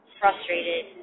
frustrated